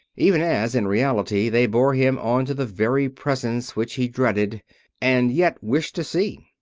even as, in reality, they bore him on to the very presence which he dreaded and yet wished to see.